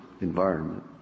environment